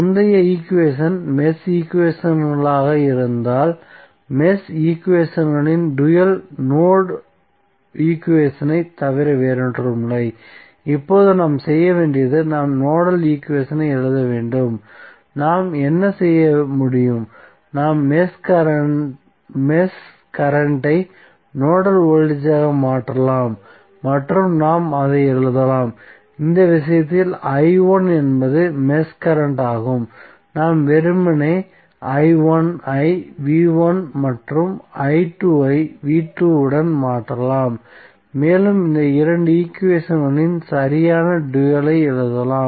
முந்தைய equation mesh ஈக்குவேஷன்களாக இருந்ததால் மெஷ் ஈக்குவேஷன்களின் டூயல் நோட் ஈக்குவேஷனைத் தவிர வேறில்லை இப்போது நாம் செய்ய வேண்டியது நாம் நோடல் ஈக்குவேஷன்களை எழுத வேண்டும் நாம் என்ன செய்ய முடியும் நாம் மெஷ் கரண்ட் ஐ நோடல் வோல்டேஜ் ஆக மாற்றலாம் மற்றும் நாம் அதை எழுதலாம் இந்த விஷயத்தில் என்பது மெஷ் கரண்ட் ஆகும் நாம் வெறுமனே ஐ மற்றும் ஐ உடன் மாற்றலாம் மேலும் இந்த இரண்டு ஈக்குவேஷன்களின் சரியான டூயல் ஐ எழுதலாம்